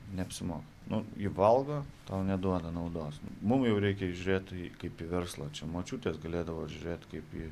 neapsimok nu ji valgo tol neduoda naudos mum jau reikia žiūrėti kaip į verslą čia močiutės galėdavo žiūrėt kaip ji